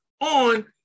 on